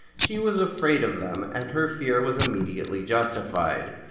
she was afraid of them, and her fear was immediately justified.